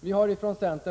som här har gjorts.